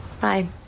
Bye